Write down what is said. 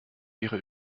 ihre